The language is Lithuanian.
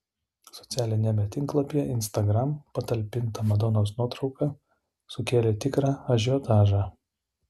socialiniame tinklapyje instagram patalpinta madonos nuotrauka sukėlė tikrą ažiotažą